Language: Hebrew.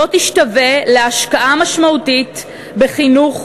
לא תשתווה להשקעה משמעותית בחינוך,